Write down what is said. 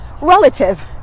relative